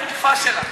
התרופה שלה.